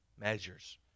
measures